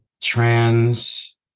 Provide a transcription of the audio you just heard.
trans